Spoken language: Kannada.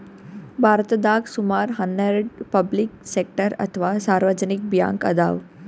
ಭಾರತದಾಗ್ ಸುಮಾರ್ ಹನ್ನೆರಡ್ ಪಬ್ಲಿಕ್ ಸೆಕ್ಟರ್ ಅಥವಾ ಸಾರ್ವಜನಿಕ್ ಬ್ಯಾಂಕ್ ಅದಾವ್